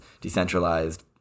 decentralized